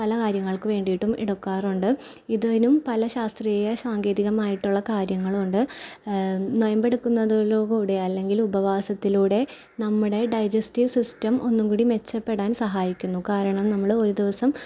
പല കാര്യങ്ങൾക്ക് വേണ്ടിയിട്ടും എടുക്കാറുണ്ട് ഇതിനും പല ശാസ്ത്രീയ സാങ്കേതികമായിട്ടുള്ള കാര്യങ്ങളുവുണ്ട് നോയമ്പ് എടുക്കുന്നതിലൂടെ അല്ലെങ്കിലുപവാസത്തിലൂടെ നമ്മുടെ ഡൈജസ്റ്റീവ് സിസ്റ്റം ഒന്നുംകൂടി മെച്ചപ്പെടാൻ സഹായിക്കുന്നു കാരണം നമ്മള് ഒരു ദിവസം